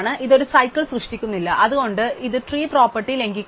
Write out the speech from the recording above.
ഇത് ഒരു സൈക്കിൾ സൃഷ്ടിക്കുന്നില്ല അതുകൊണ്ട് ഇതു ട്രീ പ്രോപ്പർട്ടി ലംഘിക്കുന്നില്ല